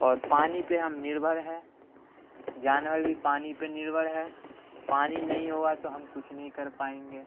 اور پانی پہ ہم نربھر ہیں جانور بھی پانی پہ نربھر ہے پانی نہیں ہوا تو ہم کچھ نہیں کر پائیں گے